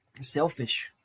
selfish